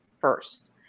first